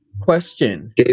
question